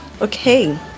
Okay